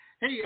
hey